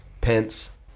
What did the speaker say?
Pence